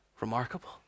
Remarkable